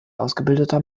ausgebildeter